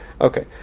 Okay